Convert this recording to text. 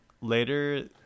later